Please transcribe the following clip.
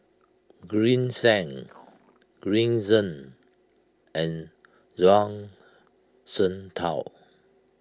Green Zeng Green Zeng and Zhuang Shengtao